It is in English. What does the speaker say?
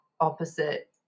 opposite